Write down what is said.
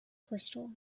crystal